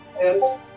Yes